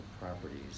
properties